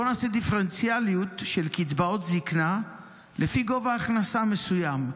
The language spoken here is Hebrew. בואו נעשה דיפרנציאליות של קצבאות זקנה לפי גובה הכנסה מסוים.